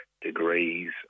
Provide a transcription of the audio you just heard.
degrees